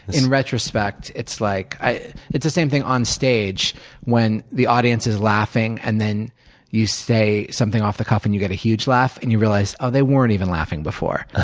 in retrospect, it's like, it's the same thing onstage when the audience is laughing and then you say something off the cuff and you get a huge laugh and you realize, oh, they weren't even laughing before.